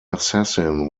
assassin